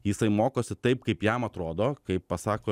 jisai mokosi taip kaip jam atrodo kaip pasako